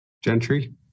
Gentry